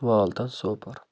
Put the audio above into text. والتَن Sopore